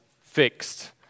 fixed